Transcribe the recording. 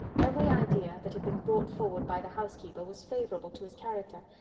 every idea that had been brought forward by the housekeeper was favourable to his character,